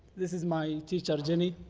this is my teacher, ginni